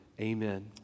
Amen